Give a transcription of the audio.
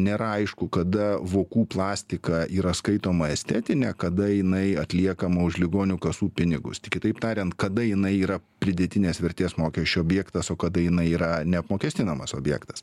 nėra aišku kada vokų plastika yra skaitoma estetine kada jinai atliekama už ligonių kasų pinigus tai kitaip tarian kada jinai yra pridėtinės vertės mokesčio objektas o kada jinai yra neapmokestinamas objektas